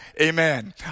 amen